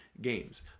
games